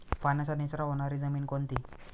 पाण्याचा निचरा होणारी जमीन कोणती?